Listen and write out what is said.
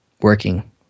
working